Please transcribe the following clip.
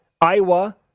Iowa